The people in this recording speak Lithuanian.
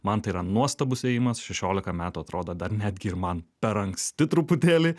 man tai yra nuostabus ėjimas šešiolika metų atrodo dar netgi ir man per anksti truputėlį